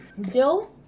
dill